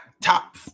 top